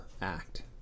act